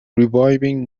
reviving